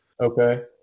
Okay